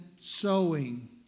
sowing